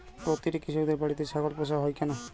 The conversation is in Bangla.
প্রতিটি কৃষকদের বাড়িতে ছাগল পোষা হয় কেন?